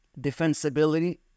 Defensibility